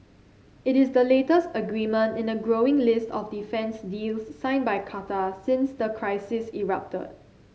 it is the latest agreement in a growing list of defence deals signed by Qatar since the crisis erupted